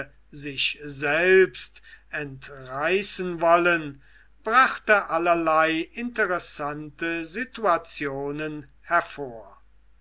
sich selbst entreißen wollen brachte allerlei interessante situationen hervor